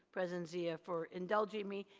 president zia, for indulging me.